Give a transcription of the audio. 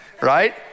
right